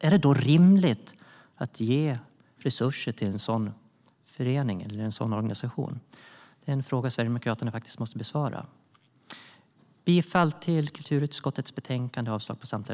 Är det då rimligt att ge resurser till en sådan organisation? Det är en fråga Sverigedemokraterna måste besvara. Jag yrkar bifall till kulturutskottets förslag.